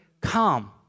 Come